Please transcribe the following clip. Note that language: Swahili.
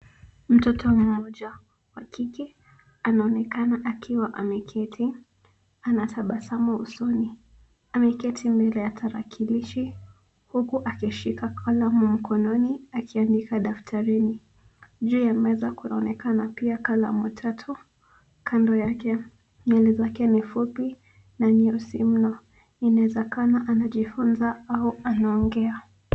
Mtoto mmoja wa kike anaonekana akiwa ameketi, ana tabasamu usoni. Ameketi mbele ya tarakilishi huku akishika kalamu mkononi akiandika daftarini. Juu ya meza kunaonekana pia kalamu tatu kando yake. Nywele zake ni fupi na nyeusi mno. Inawezekana anajifunza au anaongea.